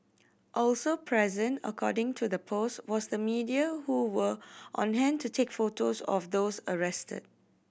also present according to the post was the media who were on hand to take photos of those arrested